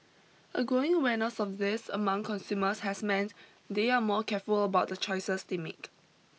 a growing awareness of this among consumers has meant they are more careful about the choices they make